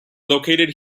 located